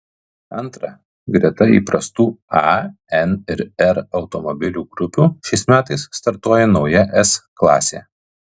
antra greta įprastų a n ir r automobilių grupių šiais metais startuos nauja s klasė